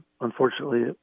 unfortunately